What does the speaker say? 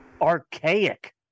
archaic